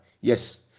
yes